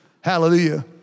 Hallelujah